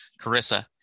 Carissa